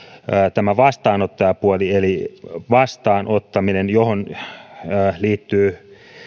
tämä vastaanottajapuoli eli vastaanottaminen johon liittyvät